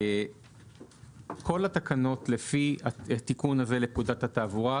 כל התקנות לפי התיקון לפקודת התעבורה,